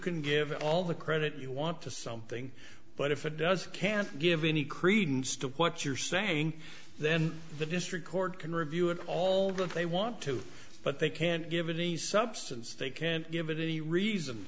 can give all the credit you want to something but if it does can't give any credence to what you're saying then the district court can review it all that they want to but they can't give any substance they can't give any reason